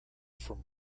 from